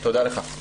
תודה רבה לך.